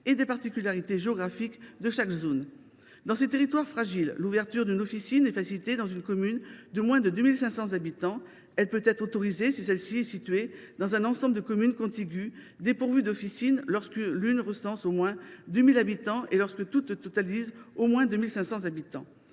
et des particularités géographiques de chaque zone. Dans ces territoires fragiles, l’ouverture d’une officine est facilitée dans une commune de moins de 2 500 habitants. Elle peut être autorisée si celle ci est située dans un ensemble de communes contiguës dépourvues d’officine, lorsque l’une d’elles recense au moins 2 000 habitants et lorsqu’elles totalisent ensemble au moins 2 500 habitants.